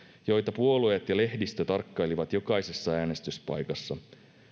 joita puolueet ja lehdistö tarkkailivat jokaisessa äänestyspaikassa